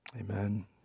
Amen